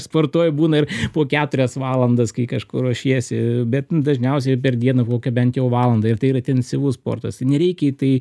sportuoju būna ir po keturias valandas kai kažkur ruošiesi bet dažniausiai per dieną kokią bent jau valandą ir tai yra tensyvus sportas nereikia į tai